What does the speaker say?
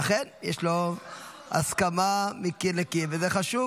לכן יש לגביו הסכמה מקיר לקיר וזה חשוב.